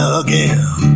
again